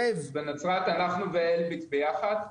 בנצרת אנחנו ואלביט ביחד,